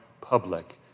public